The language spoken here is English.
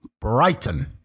brighton